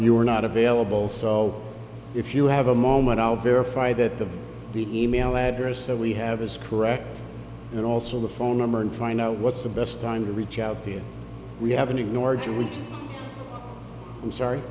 you are not available so if you have a moment i'll verify that the e mail address so we have is correct and also the phone number and find out what's the best time to reach out to you we haven't ignored you we i'm sorry